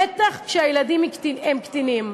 בטח כשהילדים הם קטינים.